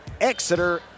Exeter